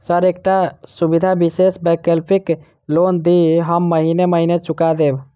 Sir एकटा सुविधा विशेष वैकल्पिक लोन दिऽ हम महीने महीने चुका देब?